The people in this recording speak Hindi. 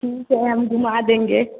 ठीक है हम घुमा देंगे